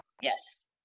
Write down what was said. Yes